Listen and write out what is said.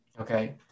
Okay